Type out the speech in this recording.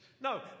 No